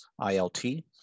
ILT